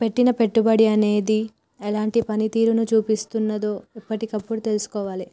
పెట్టిన పెట్టుబడి అనేది ఎలాంటి పనితీరును చూపిస్తున్నదో ఎప్పటికప్పుడు తెల్సుకోవాలే